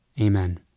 Amen